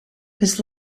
his